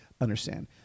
understand